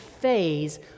phase